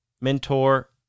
mentor